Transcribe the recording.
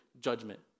judgment